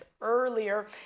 earlier